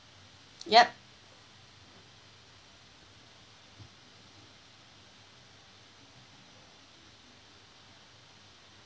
yup